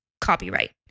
copyright